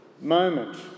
moment